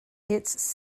its